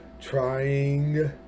trying